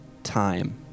time